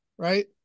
right